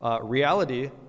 Reality